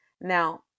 Now